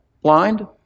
blind